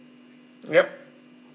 yup